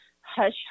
Hush